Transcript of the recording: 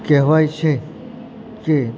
કહેવાય છે કે